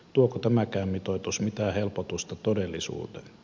tuoko tämäkään mitoitus mitään helpotusta todellisuuteen